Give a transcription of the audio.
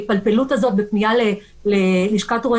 ההתפלפלות הזאת בפנייה ללשכת רואי